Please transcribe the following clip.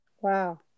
wow